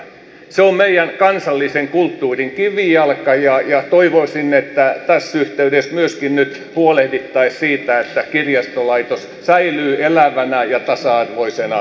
se on meidän kansallisen kulttuurimme kivijalka ja toivoisin että tässä yhteydessä nyt myöskin huolehdittaisiin siitä että kirjastolaitos säilyy elävänä ja tasa arvoisena suomessa